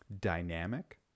dynamic